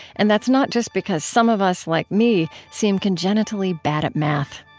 and that's not just because some of us like me seem congenitally bad at math.